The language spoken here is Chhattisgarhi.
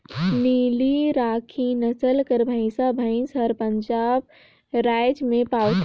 नीली राकी नसल कर भंइसा भंइस हर पंजाब राएज में पवाथे